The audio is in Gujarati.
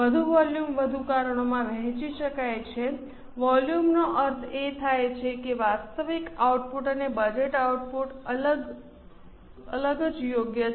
વધુ વોલ્યુમ વધુ કારણોમાં વહેંચી શકાય છે વોલ્યુમનો અર્થ એ થાય છે કે વાસ્તવિક આઉટપુટ અને બજેટ આઉટપુટ અલગ જ યોગ્ય છે